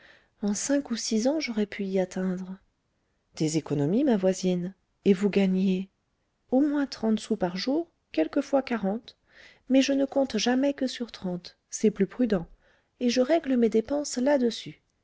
en cinq ou six ans j'aurais pu y atteindre des économies ma voisine et vous gagnez au moins trente sous par jour quelquefois quarante mais je ne compte jamais que sur trente c'est plus prudent et je règle mes dépenses là-dessus